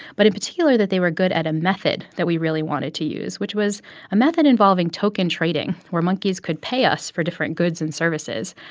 but in particular that they were good at a method that we really wanted to use, which was a method involving token trading where monkeys could pay us for different goods and services.